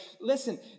listen